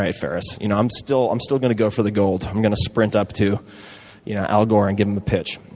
ferriss. you know i'm still i'm still going to go for the gold. i'm going to sprint up to you know al gore and give him the pitch.